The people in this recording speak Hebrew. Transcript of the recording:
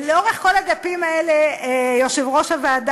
לאורך כל הדפים האלה יושב-ראש הוועדה